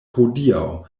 hodiaŭ